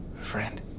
friend